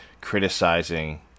criticizing